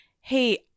Hey